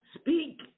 Speak